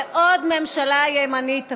ועוד ממשלה ימנית תקום.